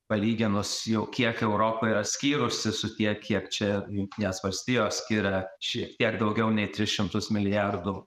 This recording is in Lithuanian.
palyginus jau kiek europa yra skyrusi su tiek kiek čia jungtinės valstijos skiria šiek tiek daugiau nei tris šimtus milijardų